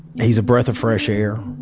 he's a breath of fresh air.